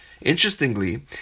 Interestingly